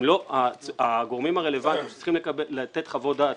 הגורמים הרלוונטיים שצריכים לתת חוות דעת